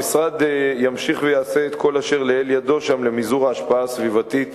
המשרד ימשיך ויעשה את כל אשר לאל ידו שם למזעור ההשפעה הסביבתית